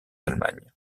allemagne